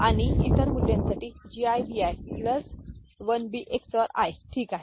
आणि इतर मूल्यांसाठीGiBi i प्लस 1BXOR i ठीक आहे